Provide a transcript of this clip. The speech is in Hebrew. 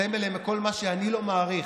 סמל לכל מה שאני לא מעריך